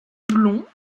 blonds